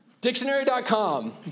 Dictionary.com